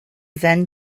then